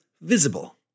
Visible